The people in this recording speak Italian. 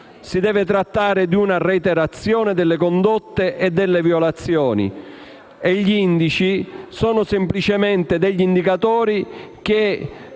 Si deve trattare di una reiterazione delle condotte e delle violazioni e gli indici sono semplicemente degli indicatori che